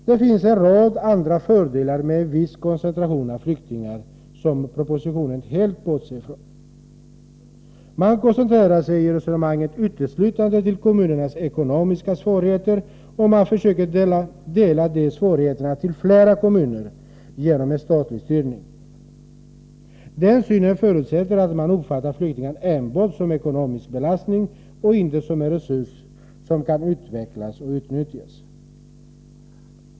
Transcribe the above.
Det finns en rad andra fördelar med en viss koncentration av flyktingar som propositionen helt bortser från. Man resonerar uteslutande om kommunernas ekonomiska svårigheter, och man försöker fördela dessa svårigheter på flera kommuner genom statlig styrning. Det synsättet förutsätter att man uppfattar flyktingar enbart som en ekonomisk belastning, inte som en resurs som kan utvecklas och utnyttjas.